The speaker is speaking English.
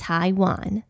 Taiwan